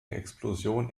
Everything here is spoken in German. explosion